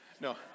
No